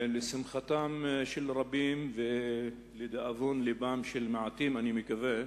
לשמחתם של רבים ולדאבון לבם של מעטים, אני מקווה,